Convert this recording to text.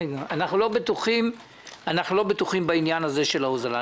אנחנו לא בטוחים בעניין ההוזלה.